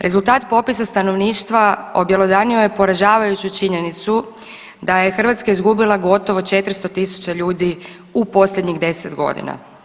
Rezultat popisa stanovništva objelodanjuje poražavajuću činjenicu da je Hrvatska izgubila gotovo 400.000 ljudi u posljednjih 10.g.